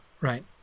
right